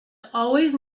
always